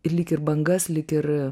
ir lyg ir bangas lyg ir